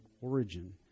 origin